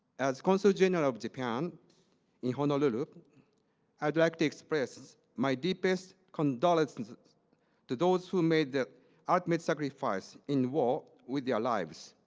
as consul general of japan in honolulu attract expresses my deepest condolences to those who made the ultimate sacrifice in war with their lives